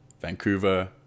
Vancouver